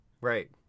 right